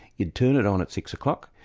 you'd turn it on at six o'clock,